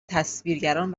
تصویرگران